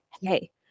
Hey